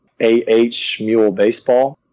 AHMuleBaseball